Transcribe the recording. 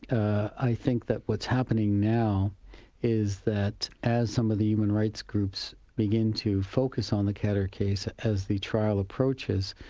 i think that what's happening now is that as some of the human rights groups begin to focus on the khadr case as the trial approaches,